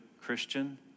Christian